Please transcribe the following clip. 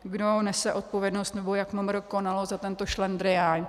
Kdo nese odpovědnost, nebo jak MMR konalo za tento šlendrián.